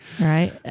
Right